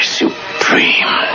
supreme